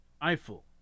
Eiffel